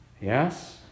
Yes